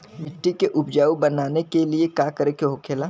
मिट्टी के उपजाऊ बनाने के लिए का करके होखेला?